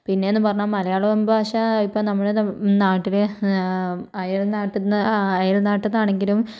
പിന്നെയെന്നു പറഞ്ഞാൽ മലയാളം ഭാഷ ഇപ്പം നമ്മുടെ നം നാട്ടിൽ അയൽ നാട്ടിൽ നിന്ന് ആ അയൽ നാട്ടിൽ നിന്നാണെങ്കിലും